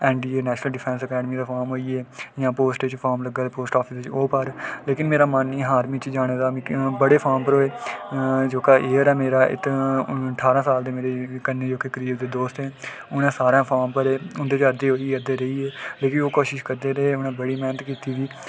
NDA national defence academy दे form होई गे इ'यां पोस्ट दे फार्म लग्गा दे पोस्ट आफिस दे ओह् भर लेकिन मेरा मन निं हा आर्मी च जाने दा बड़े फार्म भरोए जेह्का एज हा मेरा ठारां साल दे करीब मेरे दोस्त हे ते उ'नें सारें फार्म भरे उं'दे चा अद्धे होई गे ते अद्धे रेहियै लेकिन ओह् कोशिश करदे रेह् उ'नें बड़ी मैह्नत कीती दी